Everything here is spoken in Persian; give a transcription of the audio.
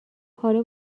حالا